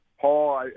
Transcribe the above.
Paul